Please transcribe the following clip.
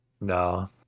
No